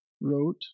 wrote